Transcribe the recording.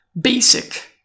Basic